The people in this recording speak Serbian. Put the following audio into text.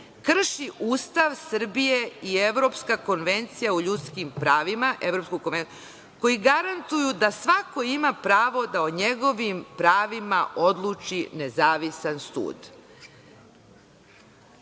krši Ustav Srbije i Evropsku konvenciju o ljudskim pravima koji garantuju da svako ima pravo da o njegovim pravima odluči nezavistan